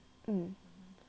mm